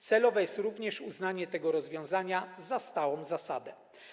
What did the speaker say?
Celowe jest również uznanie tego rozwiązania za stałą zasadę.